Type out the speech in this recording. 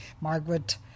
Margaret